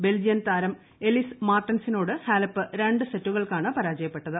Belgian താരം Elise മാർട്ടെൻസിനോട് Halep രണ്ട് സെറ്റുകൾക്കാണ് പരാജയപ്പെട്ടത്